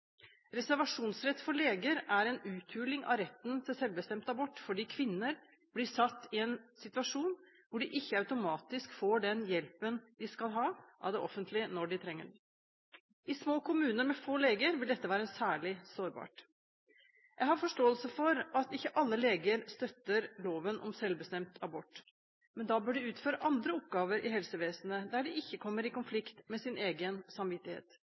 Reservasjonsrett for leger er en uthuling av retten til selvbestemt abort, fordi kvinner blir satt i en situasjon hvor de ikke automatisk får den hjelpen de skal ha av det offentlige, når de trenger den. I små kommuner med få leger vil dette være særlig sårbart. Jeg har forståelse for at ikke alle leger støtter loven om selvbestemt abort, men da bør de utføre andre oppgaver i helsevesenet, der de ikke kommer i konflikt med sin egen samvittighet.